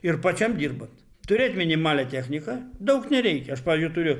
ir pačiam dirbant turėt minimalią techniką daug nereikia aš pavyzdžiui turiu